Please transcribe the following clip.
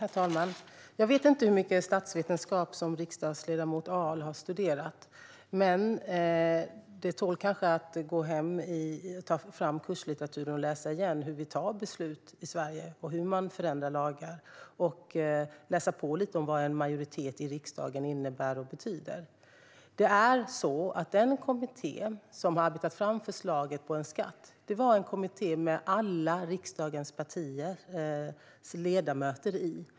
Herr talman! Jag vet inte hur mycket statsvetenskap som riksdagsledamot Ahl har studerat, men det kanske kunde vara idé att gå hem och ta fram kurslitteraturen och läsa på om hur vi tar beslut i Sverige, hur man förändrar lagar och vad en majoritet i riksdagen innebär. Den kommitté som arbetade fram förslaget på en skatt var en kommitté med ledamöter från alla riksdagens partier.